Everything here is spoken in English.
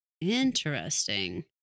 Interesting